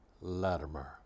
Latimer